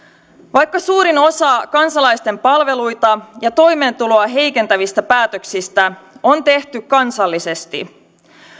vaikka suurin osa kansalaisten palveluita ja toimeentuloa heikentävistä päätöksistä on tehty kansallisesti